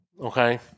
okay